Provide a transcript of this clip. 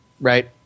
right